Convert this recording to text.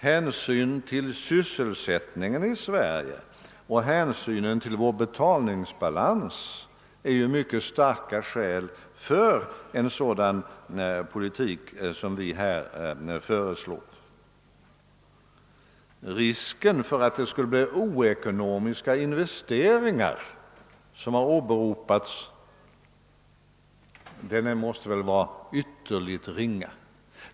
Hänsynen till sysselsättningen i Sverige och till vår betalningsbalans är ett mycket starkt skäl för den politik som vi föreslår. Risken för att det skulle bli oekonomiska investeringar, som ju åberopats, måste väl vara ytterst ringa.